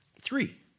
three